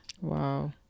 Wow